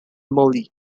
mollie